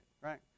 right